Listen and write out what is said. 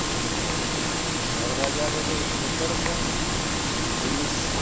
ᱥᱚᱦᱚᱨ ᱵᱟᱡᱟᱨ ᱨᱮᱫᱚ ᱡᱚᱛᱚ ᱨᱚᱠᱚᱢ ᱡᱤᱱᱤᱥ